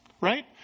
right